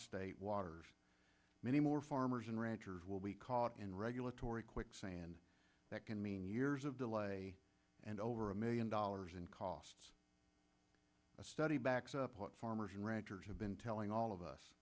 state waters many more farmers and ranchers will be caught in regulatory quicksand that can mean years of delay and over a million dollars in costs a study backs up what farmers and ranchers have been telling all of us